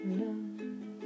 love